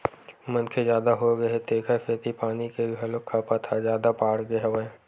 मनखे जादा होगे हे तेखर सेती पानी के घलोक खपत ह जादा बाड़गे गे हवय